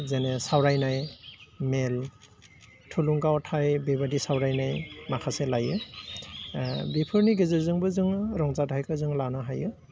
जेने सावरायनाय मेल थुलुंगावथाइ बेबादि सावरायनाय माखासे लायो बेफोरनि गेजेरजोंबो जोङो रंजाथाइखौ जों लानो हायो